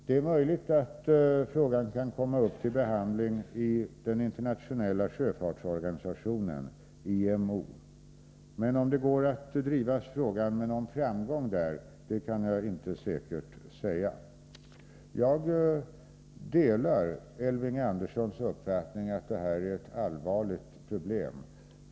Det är möjligt att frågan kan komma upp till behandling i den internationella sjöfartsorganisationen IMO, men om det går att där driva frågan med någon framgång kan jag inte säkert säga. Jag delar Elving Anderssons uppfattning att det här är ett allvarligt problem.